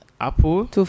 Apple